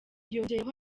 yongeyeho